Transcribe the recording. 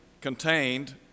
contained